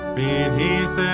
beneath